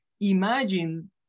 imagine